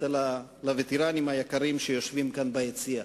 אלא לווטרנים היקרים שיושבים כאן ביציע.